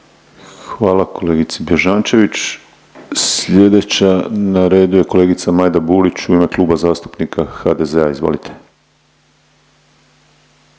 Hvala kolegici Bježančević. Slijedeća na redu je kolegica Majda Burić u ime Kluba zastupnika HDZ-a. Izvolite.